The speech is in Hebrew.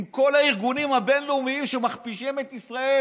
עם כל הארגונים הבין-לאומיים שמכפישים את ישראל